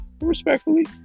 Respectfully